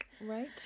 Right